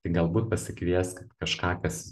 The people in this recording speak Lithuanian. tai galbūt pasikvieskit kažką kas